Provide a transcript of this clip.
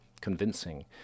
convincing